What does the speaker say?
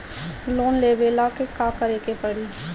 Loan लेबे ला का करे के पड़ी?